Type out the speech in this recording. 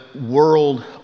world